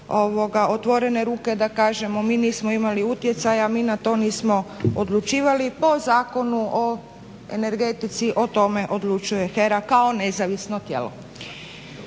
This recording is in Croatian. otvorene ruke da kažemo mi nismo imali utjecaja, mi na to nismo odlučivali po Zakonu o energetici o tome odlučuje HERA kao nezavisno tijelo.